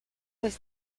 was